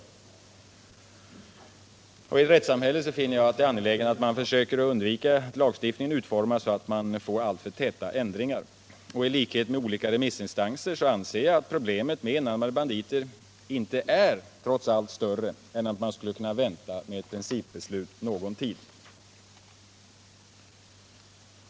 Jag menar att det är angeläget att man i ett rättssamhälle försöker utforma lagstiftningen så att man undviker alltför täta ändringar. I likhet med olika remissinstanser anser jag att problemen med enarmade banditer trots allt inte är större än att man borde kunna vänta med principbeslut någon tid.